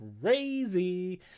crazy